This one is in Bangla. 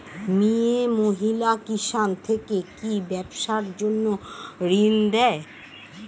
মিয়ে মহিলা কিষান থেকে কি ব্যবসার জন্য ঋন দেয়?